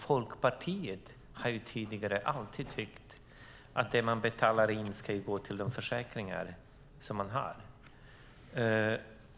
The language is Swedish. Folkpartiet har tidigare alltid tyckt att det som man betalar in ska gå till de försäkringar som vi har.